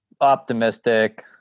Optimistic